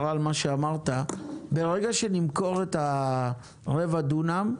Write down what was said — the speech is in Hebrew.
ברגע שנמכור את הרבע דונם,